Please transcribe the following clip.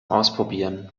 ausprobieren